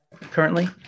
currently